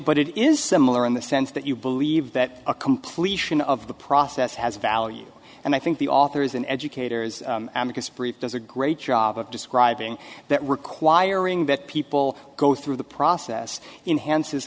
but it is similar in the sense that you believe that a completion of the process has value and i think the authors and educators because free does a great job of describing that requiring that people go through the process enhanced his